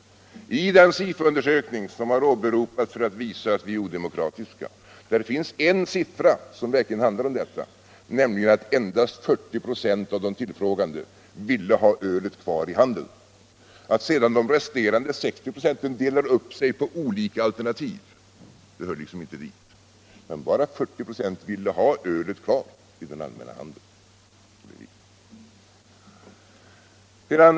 I den SIFO-undersökning som åberopats för att visa att vi är odemokratiska finns en siffra som verkligen handlar om detta, nämligen att endast 40 96 av de tillfrågade ville ha ölet kvar i handeln. Att sedan de resterande 60 96 delar upp sig på olika alternativ hör liksom inte dit. Men bara 40 26 vill ha ölet kvar i den allmänna handeln.